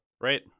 Right